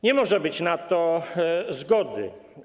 Nie może być na to zgody.